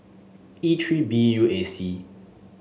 E three B U A C